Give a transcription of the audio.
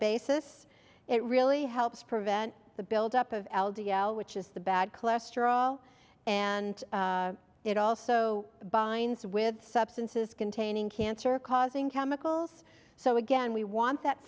basis it really helps prevent the buildup of l d l which is the bad cholesterol and it also binds with substances containing cancer causing chemicals so again we want that